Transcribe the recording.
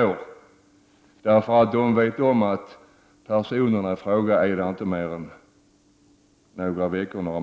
I dessa kommuner slår sig kommunalråden för bröstet och säger att de tar emot 40-60 flyktingar